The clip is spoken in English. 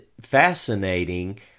fascinating